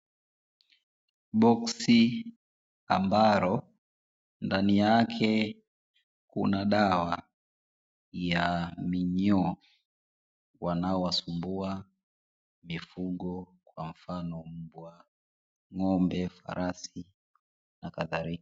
Boksi ambalo ndani yake kuna dawa ya minyoo wanaowasumbua mifugo kwa mfano ng'ombe, farasi na kadhalika.